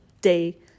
day